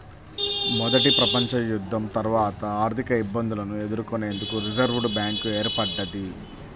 మొదటి ప్రపంచయుద్ధం తర్వాత ఆర్థికఇబ్బందులను ఎదుర్కొనేందుకు రిజర్వ్ బ్యాంక్ ఏర్పడ్డది